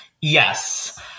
Yes